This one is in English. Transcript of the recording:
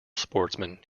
sportsman